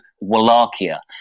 Wallachia